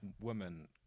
women